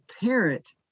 parent